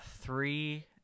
three